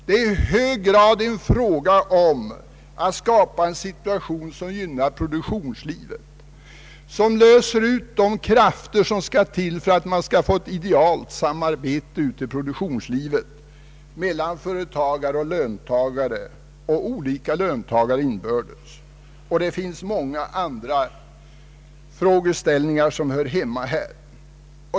Det är i hög grad fråga om att skapa en situation som gynnar produktionslivet, en situation som löser ut de krafter som skall till för att man skall få ett idealt samarbete ute i produktionslivet mellan företagare och löntagare och mellan olika löntagare inbördes. Och det finns många andra frågeställningar som hör hemma här.